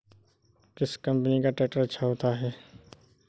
किस कंपनी का ट्रैक्टर अच्छा होता है?